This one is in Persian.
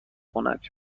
خنک